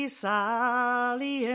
sally